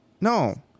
No